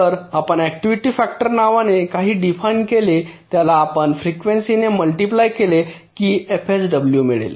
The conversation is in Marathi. तर आपण अॅक्टिव्हिटी फॅक्टर नावाने काही डिफाइन केले त्याला आपण फ्रिकवेंसी ने मल्टिप्लाय केले कि एफएसडब्ल्यू मिळेल